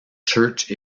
church